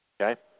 okay